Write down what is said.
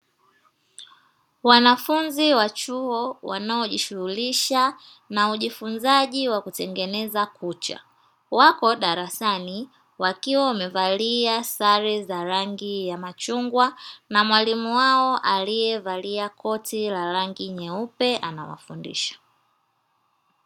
Wanafunzi wa chuo wanaojishughurisha na ujifunzaji wa kutengeneza kucha wako darasani, wakiwa wamevalia sare za rangi ya machungwa na mwalimu wao alievalia koti la rangi nyeupe anawafundisha.